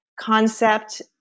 concept